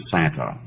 Santa